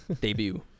debut